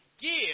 Give